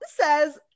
says